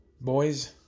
Boys